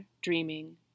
dreaming